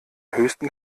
höchsten